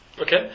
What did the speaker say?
Okay